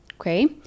okay